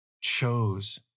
chose